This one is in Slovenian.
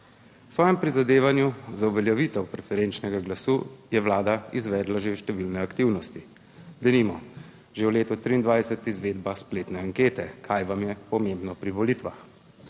svojem prizadevanju za uveljavitev preferenčnega glasu je Vlada izvedla že številne aktivnosti, denimo že v letu 2023 izvedba spletne ankete Kaj vam je pomembno pri volitvah?,